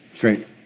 Great